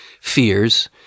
fears